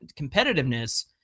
competitiveness